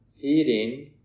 feeding